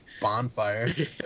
bonfire